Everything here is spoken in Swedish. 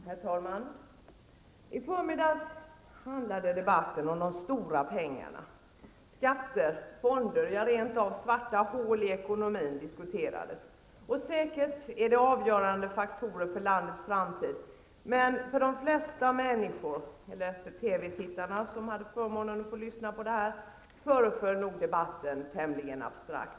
Herr talman! I förmiddags handlade debatten om de stora pengarna. Skatter, fonder, ja rent av svarta hål i ekonomin diskuterades. Det är säkert avgörande faktorer för landets framtid, men för de flesta människor -- eller för TV-tittarna som hade förmånen att höra debatten -- föreföll nog debatten tämligen abstrakt.